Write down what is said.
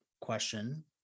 question